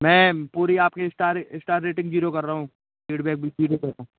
मैं पूरी आपके इस्टार इस्टार रेटिंग जीरो कर रहा हूँ फीडबैक भी जीरो कर रह हूँ